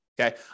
Okay